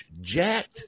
jacked